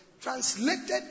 translated